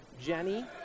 Jenny